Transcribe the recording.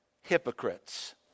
hypocrites